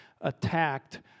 attacked